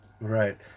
Right